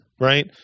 right